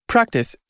Practice